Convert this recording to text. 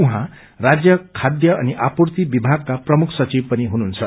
उहाँ राज्य खाध्य अनि आपूर्ति विभगका प्रमुख सचिव पनि हुनुहुन्छ